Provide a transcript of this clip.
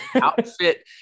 outfit